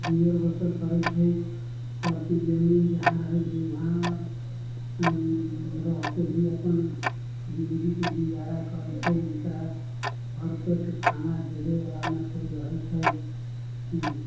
गुजर बसर करै छै परती जमीन जहाँ रहै छै वहाँ रहके भी अपन जिनगीके गुजारा करै छै जकरा भर पेट खाना देबैवला ने कोइ रहै छै